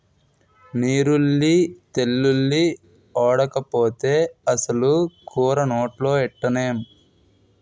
నీరుల్లి తెల్లుల్లి ఓడకపోతే అసలు కూర నోట్లో ఎట్టనేం